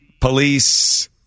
police